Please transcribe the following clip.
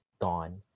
gone